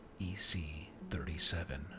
EC-37